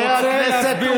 זה מה שאתם רוצים.